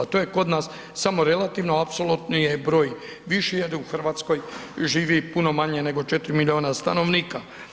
To je kod nas samo relativno, apsolutni je broj viši jer u Hrvatskoj živi puno manje nego 4 milijuna stanovnika.